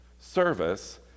service